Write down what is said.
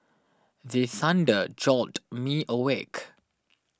the thunder jolt me awake